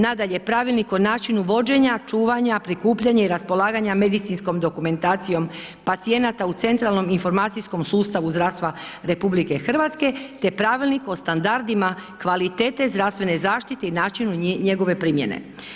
Nadalje, Pravilnik o načinu vođenja, čuvanja, prikupljanja i raspolaganja medicinskom dokumentacijom pacijenata u centralnom informacijskom sustavu zdravstva RH te Pravilnik o standardima kvalitete zdravstvene zaštite i načinu njegove primjene.